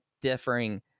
differing